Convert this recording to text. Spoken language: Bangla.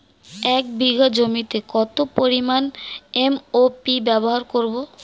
এক বিঘা জমিতে কত পরিমান এম.ও.পি ব্যবহার করব?